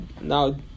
Now